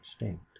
extinct